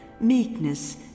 meekness